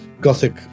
Gothic